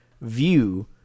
view